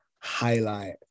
highlight